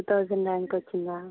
two thousand rank వచ్చిందా